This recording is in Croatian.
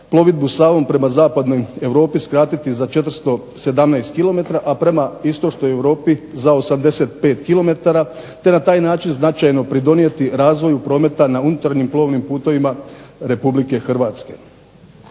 plovidbu Savom prema zapadnoj Europi skratiti za 417 km, a prema istočnoj Europi za 85 km, te na taj način značajno pridonijeti razvoju prometa na unutarnjim plovnim putovima Republike Hrvatske.